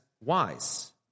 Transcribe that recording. wise